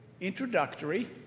introductory